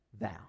thou